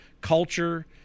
culture